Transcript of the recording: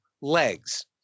legs